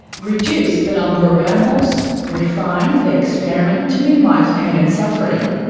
reduce the number of animals, refine the experiment to minimise pain and suffering,